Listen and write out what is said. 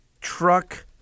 truck